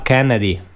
Kennedy